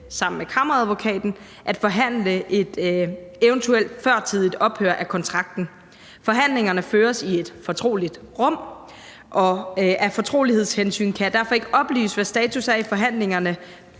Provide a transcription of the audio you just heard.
sammen med Kammeradvokaten at forhandle et eventuelt førtidigt ophør af kontrakten. Forhandlingerne føres i et fortroligt rum, og af fortrolighedshensyn kan jeg derfor ikke oplyse, hvad status er i forhandlingerne,